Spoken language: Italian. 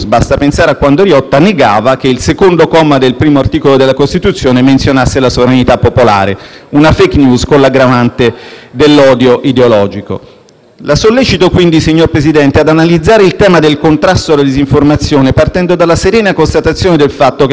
una *fake news* con l'aggravante dell'odio ideologico. La sollecito quindi, presidente Conte, ad analizzare il tema del contrasto alla disinformazione partendo dalla serena constatazione del fatto che questo compito, il contrasto, viene affidato a persone che hanno attivamente fatto propaganda contro il suo Governo